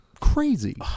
crazy